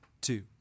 two